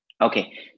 okay